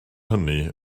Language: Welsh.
hynny